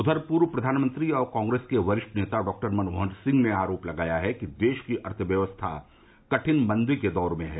उधर पूर्व प्रधानमंत्री और कांग्रेस के वरिष्ठ नेता डॉक्टर मनमोहन सिंह ने आरोप लगाया है कि देश की अर्थव्यवस्था कठिन मंदी के दौर में है